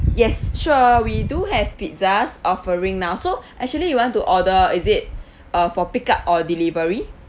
yes sure we do have pizzas offering now so actually you want to order is it uh for pick up or delivery